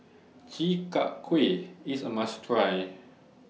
Chi Kak Kuih IS A must Try